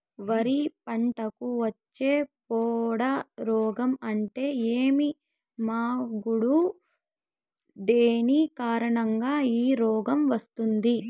వరి పంటకు వచ్చే పొడ రోగం అంటే ఏమి? మాగుడు దేని కారణంగా ఈ రోగం వస్తుంది?